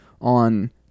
on